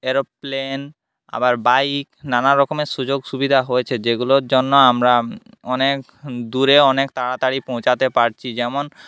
aeroplane আবার bike নানারকম সুযোগ সুবিধা হয়েছে যেগুলোর জন্য আমরা অনেক দূরে অনেক তাড়াতাড়ি পৌঁছাতে পারছি যেমন